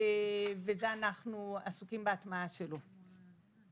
ואנחנו עסוקים בהטמעה שלו.